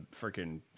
freaking